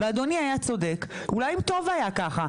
ואדוני היה צודק, אולי טוב היה ככה.